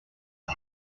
ses